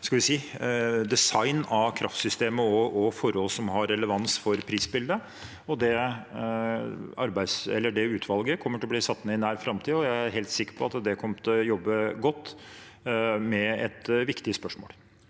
design av kraftsystemet og forhold som har relevans for prisbildet. Det utvalget kommer til å bli satt ned i nær framtid, og jeg helt sikker på at det kommer til å jobbe godt med et viktig spørsmål.